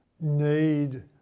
need